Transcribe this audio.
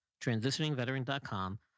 transitioningveteran.com